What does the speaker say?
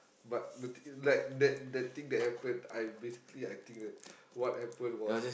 but the thing like that that thing that happen I basically I think that what happen was